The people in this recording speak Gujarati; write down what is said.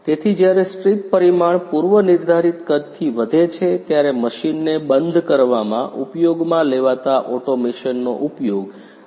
તેથી જ્યારે સ્ટ્રીપ પરિમાણ પૂર્વ નિર્ધારિત કદથી વધે છે ત્યારે મશીનને બંધ કરવામાં ઉપયોગમાં લેવાતા ઓટોમેશનનો ઉપયોગ અહીં કરવામાં આવે છે